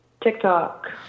TikTok